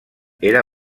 era